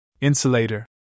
Insulator